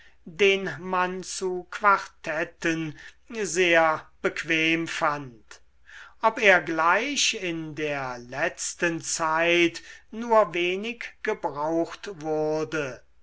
den man zu quartetten sehr bequem fand ob er gleich in der letzten zeit nur wenig gebraucht wurde